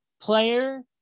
player